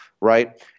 right